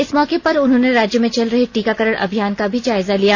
इस मौके पर उन्होनें राज्य में चल रहे टीकाकरण अभियान का भी जायजा लिया